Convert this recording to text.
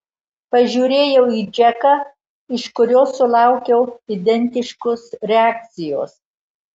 pažiūrėjau į džeką iš kurio sulaukiau identiškos reakcijos